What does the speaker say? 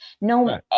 no